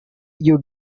you